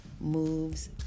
moves